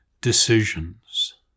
decisions